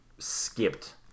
Skipped